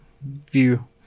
view